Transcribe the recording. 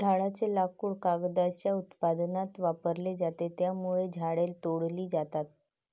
झाडांचे लाकूड कागदाच्या उत्पादनात वापरले जाते, त्यामुळे झाडे तोडली जातात